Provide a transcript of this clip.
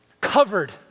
covered